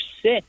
sick